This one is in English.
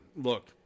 look